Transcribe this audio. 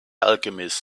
alchemist